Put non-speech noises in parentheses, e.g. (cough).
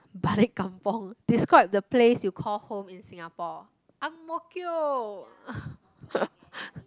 balik kampung describe the place you call home in Singapore Ang-Mo-Kio (laughs)